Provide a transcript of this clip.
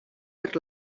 per